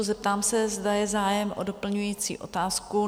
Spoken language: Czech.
Zeptám se, zda je zájem o doplňující otázku?